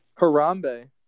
Harambe